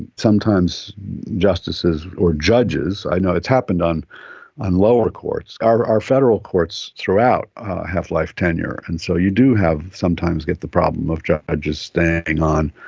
sometimes justices or judges, i know it's happened on on lower courts. our our federal courts throughout have life tenure, and so you do sometimes get the problem of judges staying on,